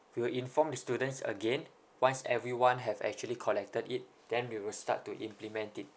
we will inform the students again once everyone have actually collected it then we will start to implement it